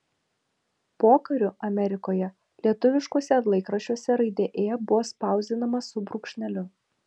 pokariu amerikoje lietuviškuose laikraščiuose raidė ė buvo spausdinama su brūkšneliu